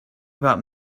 about